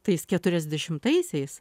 tais keturiasdešimtaisiais